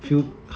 I think